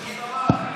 אני אתן לך דוגמה.